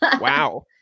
Wow